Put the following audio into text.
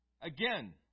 Again